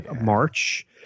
March